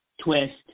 twist